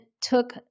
took